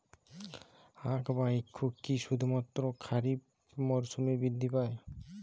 আখ বা ইক্ষু কি শুধুমাত্র খারিফ মরসুমেই বৃদ্ধি পায়?